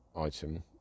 item